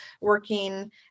working